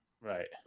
Right